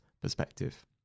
perspective